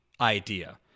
idea